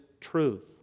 truth